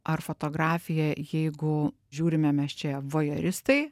ar fotografija jeigu žiūrime mes čia vojeristai